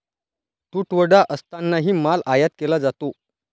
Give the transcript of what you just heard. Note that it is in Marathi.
तुटवडा असतानाही माल आयात केला जातो